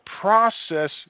process